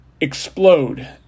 explode